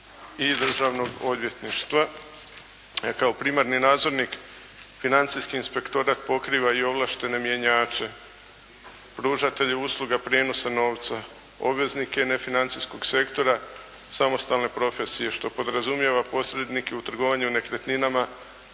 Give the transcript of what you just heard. i državnog odvjetništva. Kao primarni nadzornik Financijski inspektorat pokriva i ovlaštene mjenjače pružatelje usluga prijenosa novca, obveznike nefinancijskog sektora samostalne profesije što podrazumijeva posrednike u trgovanju nekretninama,